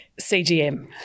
CGM